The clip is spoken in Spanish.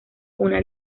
una